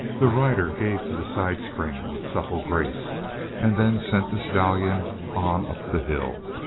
the rider gave to the side spring with supple grace and then sent the stallion on up the hill.